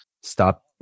stop